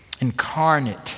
incarnate